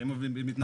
הם מתנדבים.